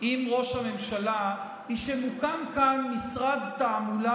עם ראש הממשלה היא שמוקם כאן משרד תעמולה